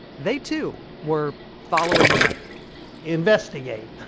they, too, were following the money investigate!